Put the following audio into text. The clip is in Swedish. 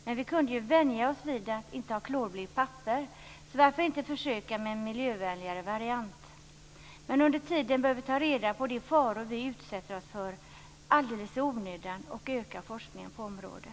Men vi kunde ju vänja oss vid att inte ha klorblekt papper, så varför inte försöka med en miljövänligare variant? Men under tiden behöver vi ta reda på de faror vi utsätter oss för alldeles i onödan och öka forskningen på området.